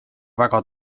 väga